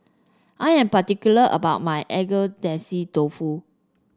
I am particular about my Agedashi Dofu